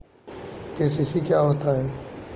KCC क्या होता है?